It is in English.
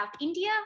India